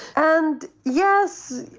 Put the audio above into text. and yes,